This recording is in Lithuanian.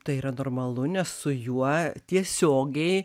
tai yra normalu nes su juo tiesiogiai